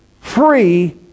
free